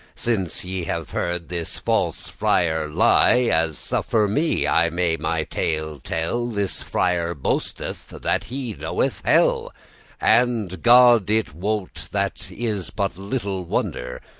since ye have heard this false friar lie, as suffer me i may my tale tell this friar boasteth that he knoweth hell, and, god it wot, that is but little wonder,